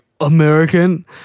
American